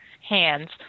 hands